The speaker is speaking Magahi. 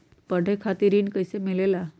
पढे खातीर ऋण कईसे मिले ला?